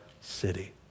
city